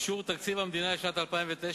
אישור תקציב המדינה לשנת 2009,